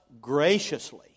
graciously